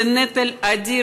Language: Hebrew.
הוא נטל אדיר,